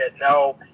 no